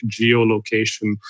geolocation